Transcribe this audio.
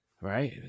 right